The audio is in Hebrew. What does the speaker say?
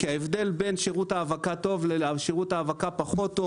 כי הבדל בין שירות האבקה טוב לשירות האבקה פחות טוב